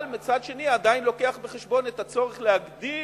אבל מצד שני עדיין לוקחים בחשבון את הצורך להקטין